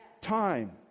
time